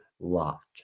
LOCKED